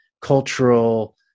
cultural